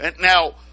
Now